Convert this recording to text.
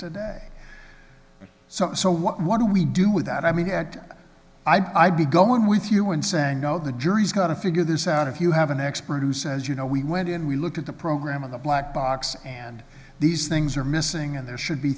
today so what what do we do with that i mean i'd be going with you and saying no the jury's got to figure this out if you have an expert who says you know we went in we looked at the program of the black box and these things are missing and there should be